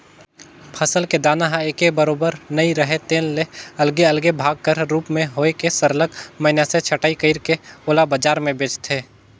फसल के दाना ह एके बरोबर नइ राहय तेन ले अलगे अलगे भाग कर रूप में होए के सरलग मइनसे छंटई कइर के ओला बजार में बेंचथें